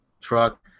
truck